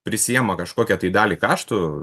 prisiima kažkokią tai dalį kaštų